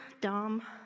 dumb